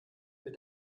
mir